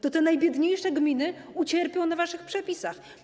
To te najbiedniejsze gminy ucierpią na waszych przepisach.